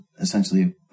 essentially